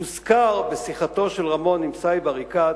הוזכר בשיחתו של רמון עם סאיב עריקאת